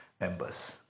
members